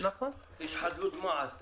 יש חדלות מעש.